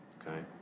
Okay